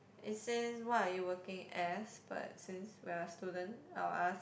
it says what are you working as but since we are student I will ask